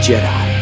Jedi